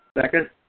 Second